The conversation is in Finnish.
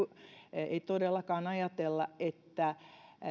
ei todellakaan ajatella että